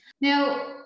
now